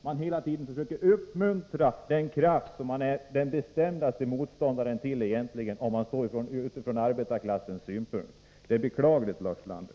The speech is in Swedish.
Socialdemokratin försöker hela tiden uppmuntra den kraft som man egentligen är den bestämdaste motståndare till, om man utgår från arbetarklassens synpunkt. Detta är beklagligt, Lars Ulander!